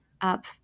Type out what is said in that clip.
up